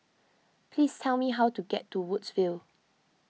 please tell me how to get to Woodsville